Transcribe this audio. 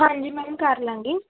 ਹਾਂਜੀ ਮੈਮ ਕਰ ਲਵਾਂਗੀ